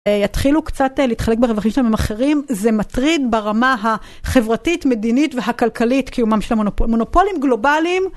יתחילו קצת להתחלק ברווחים שלהם עם אחרים, זה מטריד ברמה החברתית, מדינית והכלכלית קיומם של המונופולים גלובליים.